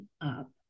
up